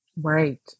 Right